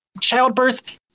childbirth